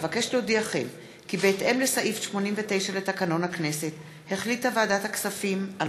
אבקש להודיעכם כי בהתאם לסעיף 89 לתקנון הכנסת החליטה ועדת הכספים על